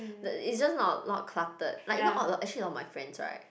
like it's just not not cluttered like you know alo~ actually a lot of my friends right